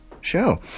show